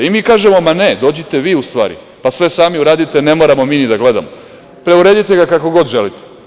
I mi kažemo - ma, ne, dođite vi, u stvari, pa sve sami uradite, ne moramo mi ni da gledamo, preuredite ga kako god želite.